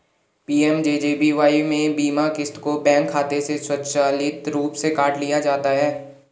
PMJJBY में बीमा क़िस्त को बैंक खाते से स्वचालित रूप से काट लिया जाता है